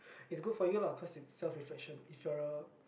it's good for you lah cause it's self reflection if you're a